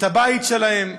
את הבית שלהם,